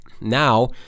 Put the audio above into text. Now